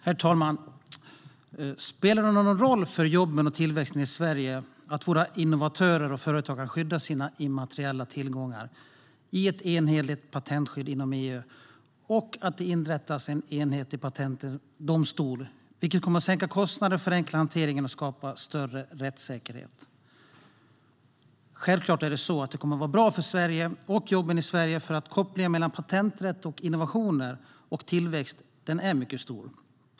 Herr talman! Spelar det någon roll för jobben och tillväxten i Sverige att våra innovatörer och företag kan skydda sina immateriella tillgångar genom ett enhetligt patentskydd inom EU och att det inrättas en enhetlig patentdomstol, vilket kommer att sänka kostnader, förenkla hanteringen och skapa större rättssäkerhet? Självklart kommer det att vara bra för Sverige och jobben i Sverige, för kopplingen mellan patenträtt, innovationer och tillväxt är mycket stor.